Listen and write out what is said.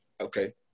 okay